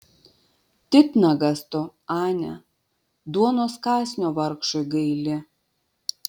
titnagas tu ane duonos kąsnio vargšui gaili